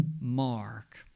Mark